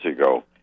ago